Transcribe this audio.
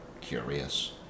curious